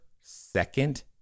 second